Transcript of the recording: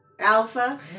alpha